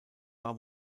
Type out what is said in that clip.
war